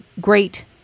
great